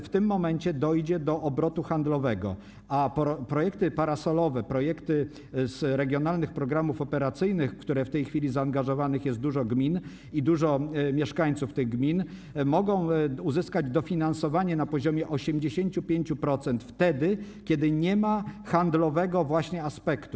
W tym momencie dojdzie do obrotu handlowego, a projekty parasolowe, projekty z regionalnych programów operacyjnych, w które w tej chwili zaangażowanych jest dużo gmin i dużo mieszkańców tych gmin, mogą uzyskać dofinansowanie na poziomie 85%, wtedy kiedy nie ma handlowego aspektu.